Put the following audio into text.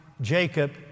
Jacob